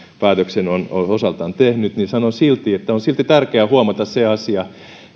päätöksen on osaltaan tehnyt niin sanon silti silti huomata se asia